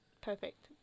perfect